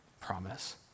promise